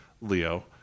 Leo